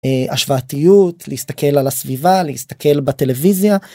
השוואתיות, להסתכל על הסביבה, להסתכל בטלוויזיה.